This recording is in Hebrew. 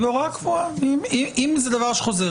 האם מדובר